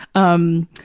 um,